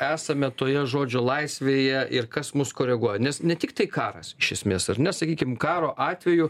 esame toje žodžio laisvėje ir kas mus koreguoja nes ne tiktai karas iš esmės ar ne sakykim karo atveju